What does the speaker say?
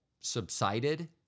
subsided